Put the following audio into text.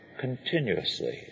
continuously